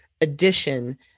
addition